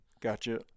Gotcha